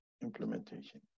implementation